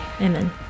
Amen